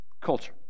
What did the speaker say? culture